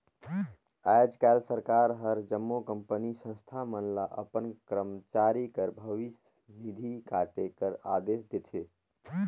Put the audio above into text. आएज काएल सरकार हर जम्मो कंपनी, संस्था मन ल अपन करमचारी कर भविस निधि काटे कर अदेस देथे